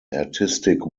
artistic